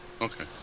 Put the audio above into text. Okay